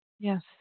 Yes